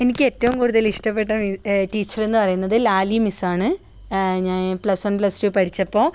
എനിക്ക് ഏറ്റവും കൂടുതൽ ഇഷ്ടപ്പെട്ട മി ടീച്ചർ എന്ന് പറയുന്നത് ലാലി മിസ്സാണ് ഞാൻ പ്ലസ് വൺ പ്ലസ് ടു പഠിച്ചപ്പോൾ